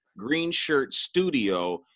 greenshirtstudio